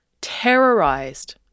terrorized